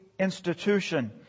institution